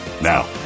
Now